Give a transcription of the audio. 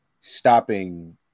stopping